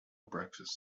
breakfast